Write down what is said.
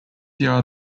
yard